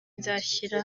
nzashyira